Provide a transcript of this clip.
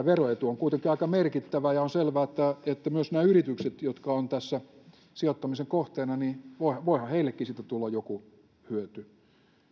veroetu on kuitenkin aika merkittävä ja on selvää että että myös näille yrityksille jotka ovat tässä sijoittamisen kohteena voihan heillekin sitten tulla joku hyöty